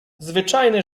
zwyczajny